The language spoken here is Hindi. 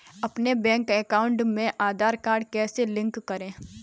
अपने बैंक अकाउंट में आधार कार्ड कैसे लिंक करें?